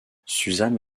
suzanne